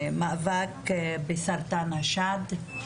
למאבק בסרטן השד.